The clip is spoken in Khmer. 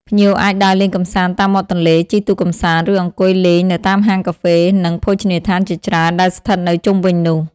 ភ្ញៀវអាចដើរលេងកម្សាន្តតាមមាត់ទន្លេ ជិះទូកកម្សាន្ត ឬអង្គុយលេងនៅតាមហាងកាហ្វេ និងភោជនីយដ្ឋានជាច្រើនដែលស្ថិតនៅជុំវិញនោះ។